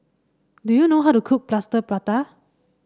do you know how to cook Plaster Prata